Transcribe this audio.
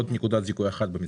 עוד נקודת זיכוי אחת במצטבר.